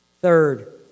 third